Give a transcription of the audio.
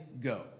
go